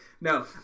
No